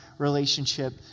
relationship